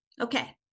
Okay